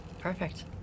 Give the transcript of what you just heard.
Perfect